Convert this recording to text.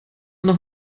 noch